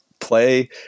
play